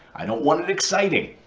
i don't want it exciting.